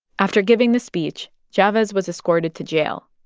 after giving the speech, chavez was escorted to jail,